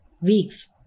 weeks